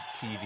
TV